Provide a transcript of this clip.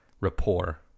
rapport